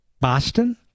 Boston